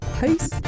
Peace